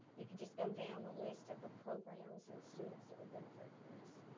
you could just go down the list of the programs and the students that would benefit from this.